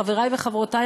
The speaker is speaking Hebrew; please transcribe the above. חברי וחברותי,